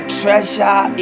treasure